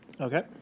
Okay